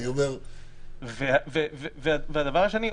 והדבר השני,